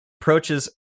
approaches